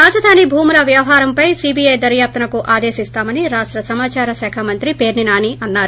రాజధాని భూముల వ్యవహారంపై సీబీఐ దర్యాప్పుకు ఆదేశిస్తామని రాష్ట సమాచార శాఖ మంత్రి పేర్చి నాని అన్నారు